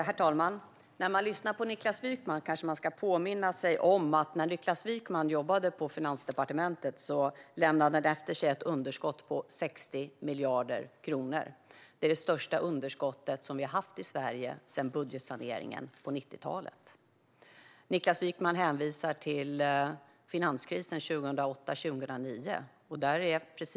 Herr talman! När man lyssnar på Niklas Wykman kanske man ska påminna sig om att han efter att ha jobbat på Finansdepartementet lämnade efter sig ett underskott på 60 miljarder kronor. Det är det största underskott som vi har haft i Sverige sedan budgetsaneringen på 90-talet. Niklas Wykman hänvisar till finanskrisen 2008-2009.